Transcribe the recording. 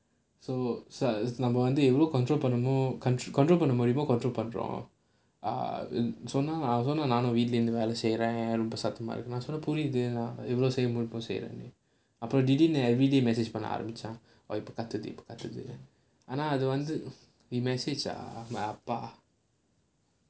so நம்ம வந்து எவ்ளோ:namma vanthu evlo control பண்ணணுமோ:pannanumo control பண்ண முடியுமோ:panna mudiyumo control பண்றோம்:pandrom ah சொன்னேன் நானும் சொன்னேன் நானும் வீட்டுல இருந்து வேலை செய்றேன் ரொம்ப சத்தமா இருக்குனு புரியுது என்ன செய்ய முடியுமோ செய்றேன்னு அப்புறம் திடீர்னு:sonnaen naanum sonnaen naanum veetula irunthu velai seiraen romba saththamaa irukkunu puriyuthu enna seiya mudiyumo seiraenu appuram thideernu everyday message பண்ண ஆரம்பிச்சா கத்துது கத்துதுன்னு:panna arambichaa kathuthu kathuthunnu message ah my பா:paa